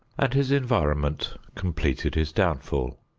and his environment completed his downfall.